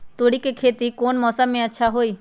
तोड़ी के खेती कौन मौसम में अच्छा होई?